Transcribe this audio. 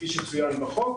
כפי שצוין בחוק,